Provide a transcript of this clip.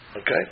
Okay